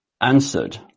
answered